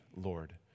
Lord